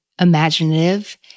imaginative